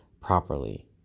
properly